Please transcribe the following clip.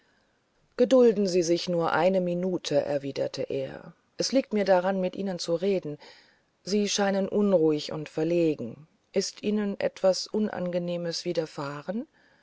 gedulden sie sich nur eine minute erwiderte er es liegt mir daran mit ihnen zu reden sie scheinen unruhig und verlegen ist ihnen etwas unangenehmes widerfahren